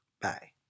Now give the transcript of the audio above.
Bye